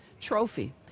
trophy